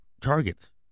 targets